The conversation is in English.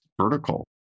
vertical